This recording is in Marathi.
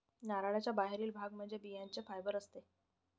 नारळाचा बाहेरील भाग म्हणजे बियांचे फायबर असते